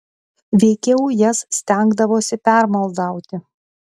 veikiau jas stengdavosi permaldauti